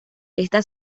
esta